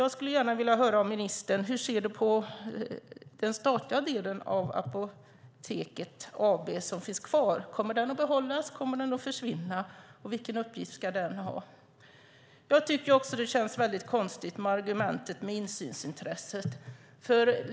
Jag skulle alltså gärna höra från ministern hur du ser på den statliga delen av Apoteket AB, som finns kvar. Kommer den att behållas, eller kommer den att försvinna? Vilken uppgift ska den ha? Jag tycker också att det känns väldigt konstigt med argumentet insynsintresse.